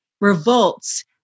revolts